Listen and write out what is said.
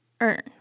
earn